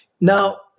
now